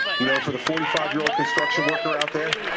you know, for the forty five year old construction worker out there,